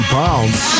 pounds